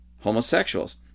homosexuals